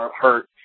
hurt